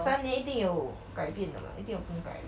三年一定有改变的吗一定有更改的